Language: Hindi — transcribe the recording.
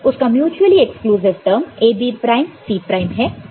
उसका mutual exclusive term A B prime C prime है